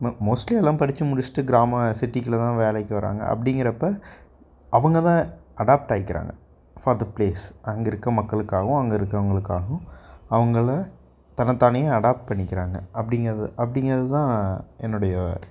ம மோஸ்ட்லி எல்லாம் படித்து முடிச்சுட்டு கிராம சிட்டிக்குள்ளே தான் வேலைக்கு வராங்க அப்படிங்குறப்ப அவங்கதான் அடாப்ட் ஆகிக்கறாங்க ஃபார் தட் ப்ளேஸ் அங்கேருக்க மக்களுக்காகவும் அங்கே இருக்கிறவங்களுக்காகவும் அவங்கள தன்னைத்தானே அடாப்ட் பண்ணிக்கிறாங்க அப்படிங்கறது அப்படிங்கறது தான் என்னுடைய யோஸ்